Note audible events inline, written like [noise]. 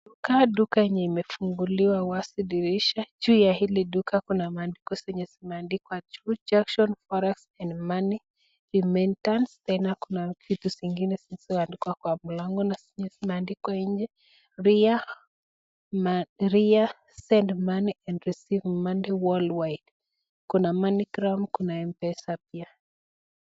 Duka yenye imefunguliwa wazi dirisha, juu ya hili dirisha kuna maandiko zenye zimeandikwa juu, [inaudible] tena kuna vitu zingine zilizo andikwa ria send money and receive money world wide kuna Money gram kuna Mpesa pia.